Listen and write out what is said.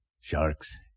sharks